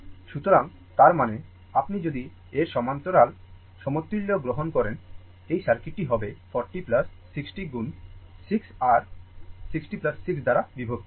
সুতরাং তার মানে আপনি যদি এর সমান্তরাল সমতুল্য গ্রহণ করেন এই সার্কিটটি হবে 40 60 গুণ 6 আর 6 60 দ্বারা বিভক্ত